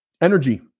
energy